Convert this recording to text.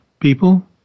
people